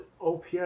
OPS